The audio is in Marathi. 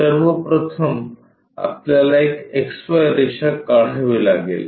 सर्व प्रथम आपल्याला एक XY रेषा काढावी लागेल